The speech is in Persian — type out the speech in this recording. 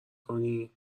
کنی